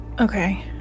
Okay